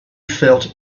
felt